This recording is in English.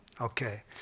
Okay